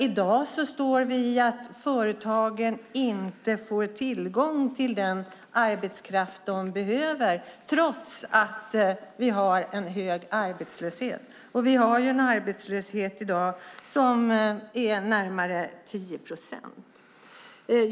I dag får företagen inte tillgång till den arbetskraft de behöver, trots att vi har en hög arbetslöshet. Vi har en arbetslöshet i dag som är närmare 10 procent.